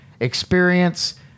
experience